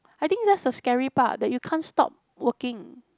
I think that's the scary part that you can't stop working